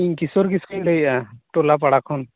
ᱤᱧ ᱠᱤᱥᱚᱨ ᱠᱤᱥᱠᱩᱧ ᱞᱟ ᱭᱮᱜᱼᱟ ᱴᱚᱞᱟᱯᱟᱲᱟ ᱠᱷᱚᱱ